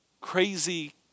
crazy